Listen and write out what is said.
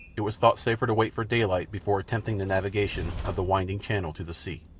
it was thought safer to wait for daylight before attempting the navigation of the winding channel to the sea.